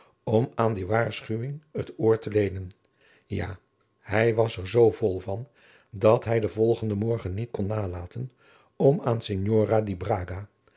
om aan die waarschuwing het oor te leenen ja hij was er zoo vol van dat hij den volgenden morgen niet kon nalaten om aan